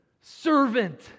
servant